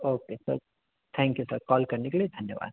ओ के sir thank you sir call करने के लिए धन्यवाद